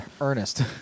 Ernest